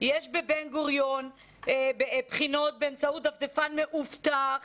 יש בבן גוריון בחינות באמצעות דפדפן מאובטח,